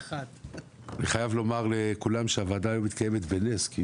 אני חייב לומר לכולם שהוועדה היום מתקיימת בנס כי